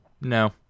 no